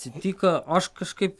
atsitiko aš kažkaip